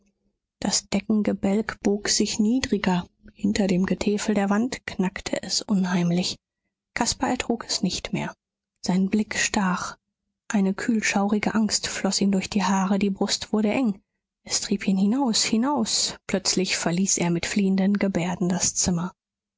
das deckengebälk bog sich niedriger hinter dem getäfel der wand knackte es unheimlich caspar ertrug es nicht mehr sein blick stach eine kühlschaurige angst floß ihm durch die haare die brust wurde eng es trieb ihn hinaus hinaus plötzlich verließ er mit fliehenden gebärden das zimmer